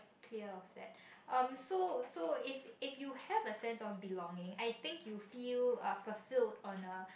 clear of that so so if if you have a sense of belonging I think you feel fulfilled on a